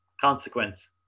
consequence